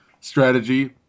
strategy